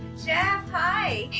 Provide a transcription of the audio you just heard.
jeff hi,